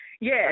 yes